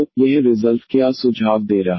तो यह रिजल्ट क्या सुझाव दे रहा है